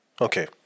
Okay